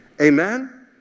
Amen